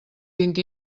vint